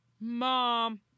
mom